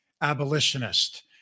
abolitionist